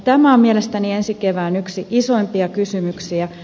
tämä on mielestäni yksi ensi kevään isoimpia kysymyksiä